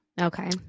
Okay